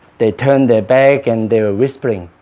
they turned their back and they were whispering.